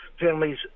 families